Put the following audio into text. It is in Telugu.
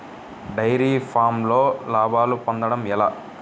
డైరి ఫామ్లో లాభాలు పొందడం ఎలా?